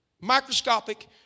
microscopic